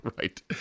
Right